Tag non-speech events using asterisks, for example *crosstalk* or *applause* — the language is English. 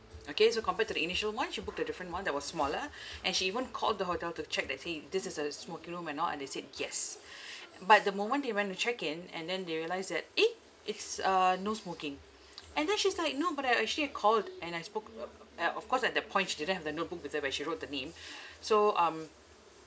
okay so compared to the initial one she booked a different one that was smaller and she even called the hotel to check that say this is a smoking room or not and they said yes but the moment they went to check in and then they realised that eh it's uh no smoking *noise* and then she's like no but I actually have called and I spoke *noise* ah of course at that point she didn't have the notebook with her where she wrote the name *breath* so um